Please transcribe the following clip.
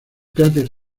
cráter